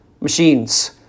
machines